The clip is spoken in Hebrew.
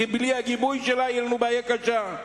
כי בלי הגיבוי שלה תהיה לנו בעיה קשה.